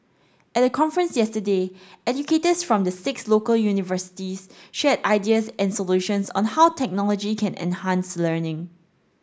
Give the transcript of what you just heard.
at the conference yesterday educators from the six local universities shared ideas and solutions on how technology can enhance learning